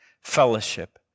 fellowship